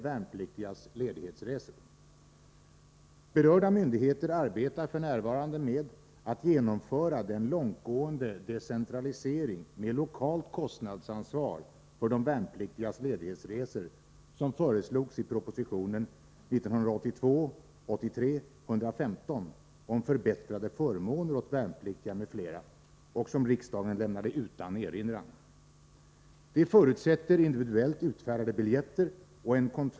Jag ber först att få tacka försvarsministern för svaret.